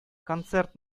концерт